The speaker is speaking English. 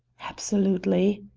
absolutely.